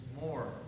more